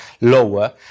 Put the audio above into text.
lower